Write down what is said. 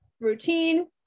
routine